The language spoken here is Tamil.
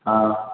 ஆ